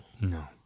No